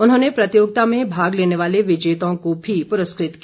उन्होंने प्रतियोगिता में भाग लेने वाले विजेताओं को भी पुरस्कृत किया